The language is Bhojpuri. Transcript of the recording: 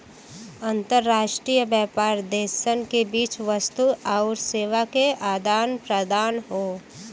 अंतर्राष्ट्रीय व्यापार देशन के बीच वस्तु आउर सेवा क आदान प्रदान हौ